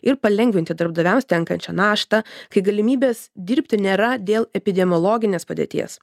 ir palengvinti darbdaviams tenkančią naštą kai galimybės dirbti nėra dėl epidemiologinės padėties